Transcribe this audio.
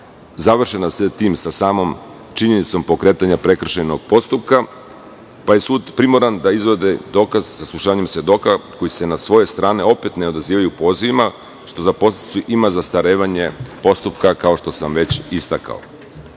završena sa samom činjenicom pokretanja prekršajnog postupka, pa je sud primoran da izvede dokaz saslušanjem svedoka, koji se na sojoj strani opet ne odazivaju pozivima, što za posledicu ima zastarevanje postupka, kao što sam već istakao.U